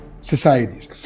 societies